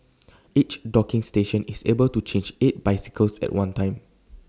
each docking station is able to charge eight bicycles at one time